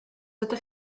ydych